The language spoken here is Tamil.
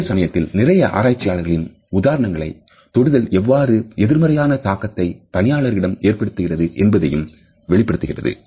அதே சமயத்தில் நிறைய ஆராய்ச்சிகளின் உதாரணங்கள் தொடுதல் எவ்வாறு எதிர்மறையான தாக்கத்தை பணியாளர்களிடம் ஏற்படுத்துகிறது என்பதையும் வெளிப்படுத்துகிறது